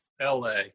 LA